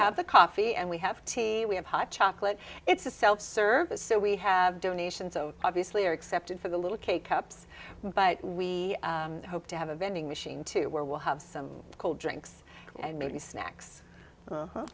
have the coffee and we have tea we have hot chocolate it's a self service so we have donations of obviously are accepted for the little cake cups but we hope to have a vending machine too where we'll have some cold drinks and maybe snacks